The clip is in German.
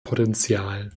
potenzial